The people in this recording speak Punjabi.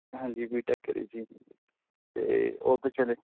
ਹਾਂਜੀ ਬੀਟੈਕ ਕਰੀ ਜੀ ਅਤੇ ਉਹ ਤਾਂ ਚਲੋ